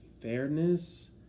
fairness